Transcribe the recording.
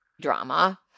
drama